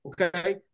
Okay